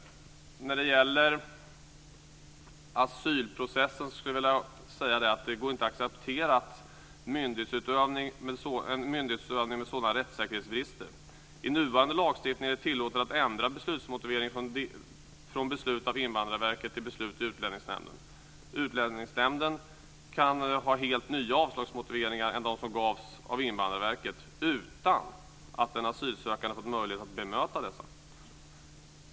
När det gäller asylprocessen vill jag säga att det inte går att acceptera en myndighetsutövning med sådana rättssäkerhetsbrister. I den nuvarande lagstiftningen är det tillåtet att ändra beslutsmotiveringen från beslut av Invandrarverket till beslut i Utlänningsnämnden. Utlänningsnämnden kan ha helt nya avslagsmotiveringar än de som gavs av Invandrarverket utan att den asylsökande fått möjlighet att bemöta dessa.